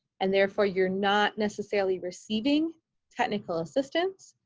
and therefore you're not necessarily receiving technical assistance.